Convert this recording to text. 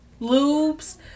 lubes